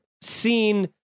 seen